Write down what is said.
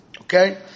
Okay